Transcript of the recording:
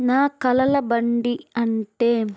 నా కలల బండి అంటే